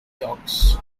dogs